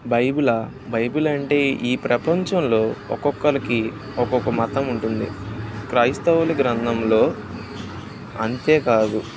బైబిలా Bible అంటే ఈ ప్రపంచంలో ఒక్కొక్కరికి ఒక్కొక్క మతం ఉంటుంది క్రైస్తవుల గ్రంథంలో అంతే కాదు